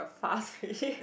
fuss already